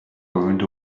burned